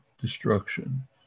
destruction